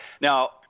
Now